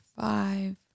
five